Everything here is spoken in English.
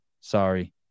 sorry